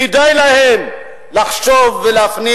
כדאי להם לחשוב ולהפנים.